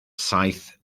saith